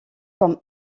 comme